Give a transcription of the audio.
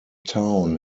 town